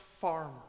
farmer